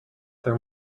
there